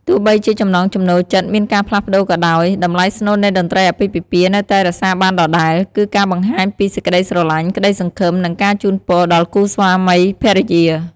ទោះបីជាចំណង់ចំណូលចិត្តមានការផ្លាស់ប្តូរក៏ដោយ តម្លៃស្នូលនៃតន្ត្រីអាពាហ៍ពិពាហ៍នៅតែរក្សាបានដដែល គឺការបង្ហាញពីសេចក្តីស្រឡាញ់ ក្តីសង្ឃឹម និងការជូនពរដល់គូស្វាមីភរិយា។